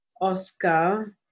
Oscar